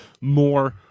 more